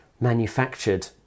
manufactured